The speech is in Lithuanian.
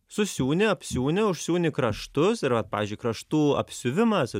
susiūni apsiūni užsiūni kraštus ir vat pavyzdžiui kraštų apsiuvimas